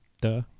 duh